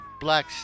Black